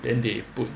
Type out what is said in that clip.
then they put